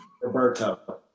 Roberto